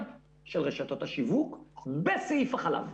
(EBITDA) של רשתות השיווק בסעיף החלב.